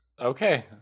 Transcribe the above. Okay